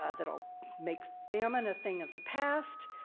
ah that'll make famine a thing of the past,